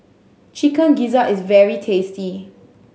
Chicken Gizzard is very tasty